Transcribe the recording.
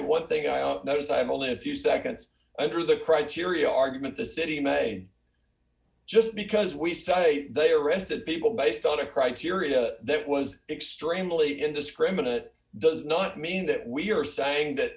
one thing i notice i'm only a few seconds under the criteria argument the city may just because we say they arrested people based on a criteria that was extremely indiscriminate does not mean that we are saying that